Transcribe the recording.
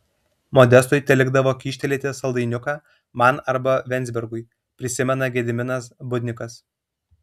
modestui telikdavo kyštelėti saldainiuką man arba venzbergui prisimena gediminas budnikas